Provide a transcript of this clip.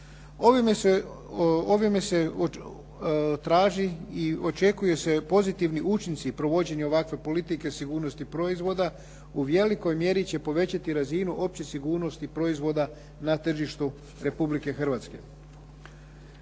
Ovime se traži i očekuju se pozitivni učinci provođenja ovakve politike sigurnosti proizvoda, u velikoj mjeri će povećati razinu opće sigurnosti proizvoda na tržištu Republike Hrvatske.